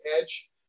edge